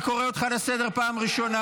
חבר הכנסת עטאונה, אני קורא אותך לסדר פעם ראשונה.